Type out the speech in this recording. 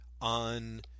on